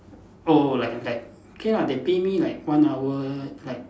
oh like like okay ah they pay like me one hour like